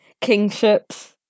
kingships